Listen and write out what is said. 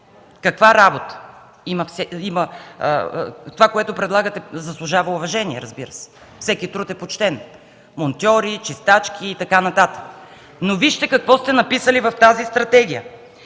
Каква работа? Това, което предлагате, заслужава уважение, разбира се. Всеки труд е почтен: монтьори, чистачки и т.н. Вижте обаче какво сте написали в тази стратегия: